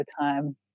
overtime